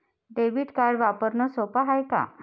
Debit card वापरणं सोप हाय का?